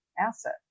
asset